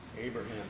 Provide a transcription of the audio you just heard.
Abraham